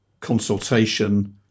consultation